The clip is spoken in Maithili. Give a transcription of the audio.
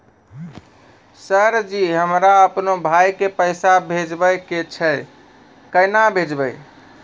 सर जी हमरा अपनो भाई के पैसा भेजबे के छै, केना भेजबे?